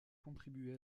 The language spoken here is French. contribué